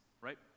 right